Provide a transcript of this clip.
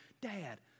Dad